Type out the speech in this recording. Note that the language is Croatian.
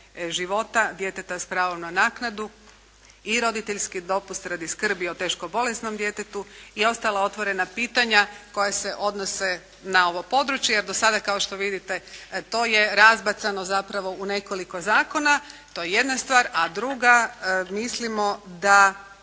života djeteta s pravom na naknadu, i roditeljski dopust radi skrbi o teško bolesnom djetetu i ostala otvorena pitanja koja se odnose na ovo područje jer do sada kao što vidite to je razbacano u nekoliko zakona. To je jedna stvar. A druga, mislimo da